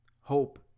hope